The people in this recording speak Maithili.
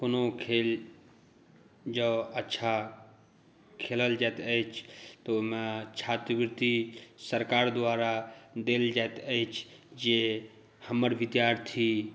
कोनो खेल जे अच्छा खेलल जाइत अछि तऽ ओहिमे छात्रवृति सरकार द्वारा देल जाइत अछि जे हमर विद्यार्थी